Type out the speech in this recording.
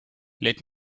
let